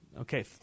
Okay